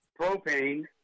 propane